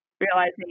realizing